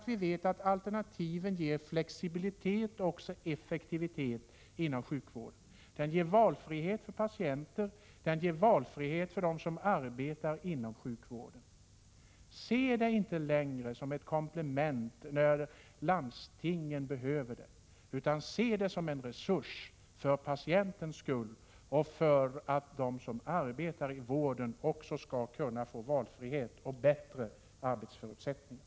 Vi vet att alternativet ger flexibilitet och även effektivitet inom sjukvården. Det ger valfrihet för patienten, det ger valfrihet för dem som arbetar inom sjukvården. Se inte längre alternativvården som ett komplement när landstingen behöver den, utan se den som en resurs för patientens skull och för att de som arbetar inom vården också skall kunna få valfrihet och bättre arbetsförutsättningar!